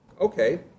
okay